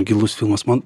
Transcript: gilus filmas man